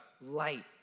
light